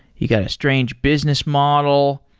you got a strange business model.